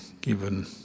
given